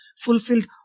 fulfilled